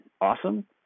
awesome